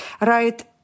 right